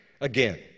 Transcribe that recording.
again